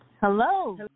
Hello